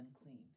unclean